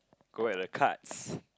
go at the cards